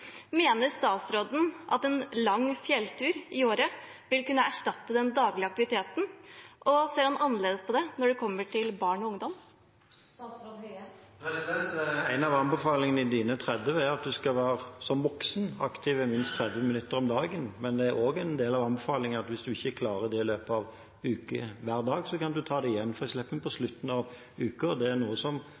Mener statsråden at en lang fjelltur i året vil kunne erstatte den daglige aktiviteten, og ser han annerledes på det når det kommer til barn og ungdom? En av anbefalingene i Dine30 er at en som voksen skal være aktiv i minst 30 minutter om dagen, men det er også en del av anbefalingene at hvis en ikke klarer det hver dag i løpet av uken, kan en ta det igjen, f.eks. på slutten av uken. Det er noe